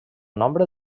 nombre